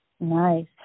Nice